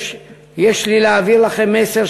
יש לי מסר